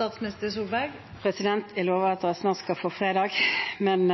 Jeg lover at alle snart skal få ta fredag, men